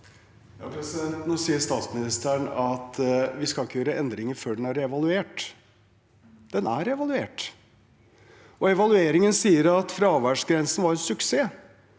Nå sier statsminis- teren at vi skal ikke gjøre endringer før den er evaluert. Den er evaluert, og evalueringen sier at fraværsgrensen var en suksess.